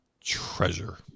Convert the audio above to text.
treasure